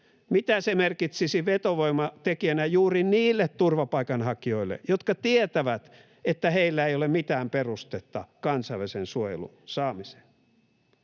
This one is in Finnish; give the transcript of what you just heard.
Mitä se merkitsisi vetovoimatekijänä juuri niille turvapaikanhakijoille, jotka tietävät, että heillä ei ole mitään perustetta kansainvälisen suojelun saamiseen?